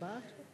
(ביטול עסקה לתקופה קצובה),